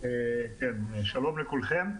שלום לכולכם.